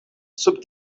sub